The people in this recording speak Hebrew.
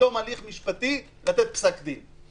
מתום הליך משפטי לתת פסק דין.